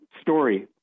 story